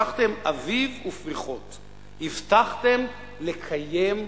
הבטחתם אביב ופריחות/ הבטחתם לקיים הבטחות".